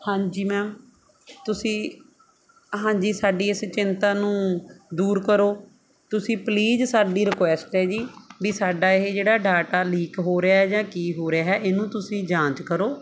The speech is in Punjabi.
ਹਾਂਜੀ ਮੈਮ ਤੁਸੀਂ ਹਾਂਜੀ ਸਾਡੀ ਇਸ ਚਿੰਤਾ ਨੂੰ ਦੂਰ ਕਰੋ ਤੁਸੀਂ ਪਲੀਜ਼ ਸਾਡੀ ਰਿਕੁਐਸਟ ਹੈ ਜੀ ਵੀ ਸਾਡਾ ਇਹ ਜਿਹੜਾ ਡਾਟਾ ਲੀਕ ਹੋ ਰਿਹਾ ਜਾਂ ਕੀ ਹੋ ਰਿਹਾ ਇਹਨੂੰ ਤੁਸੀਂ ਜਾਂਚ ਕਰੋ